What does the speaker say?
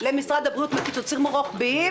למשרד הבריאות בקיצוצים הרוחביים,